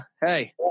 Hey